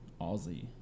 Aussie